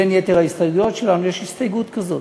בין יתר ההסתייגויות שלנו יש הסתייגות כזאת,